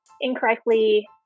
incorrectly